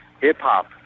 hip-hop